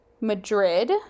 Madrid